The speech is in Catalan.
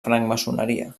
francmaçoneria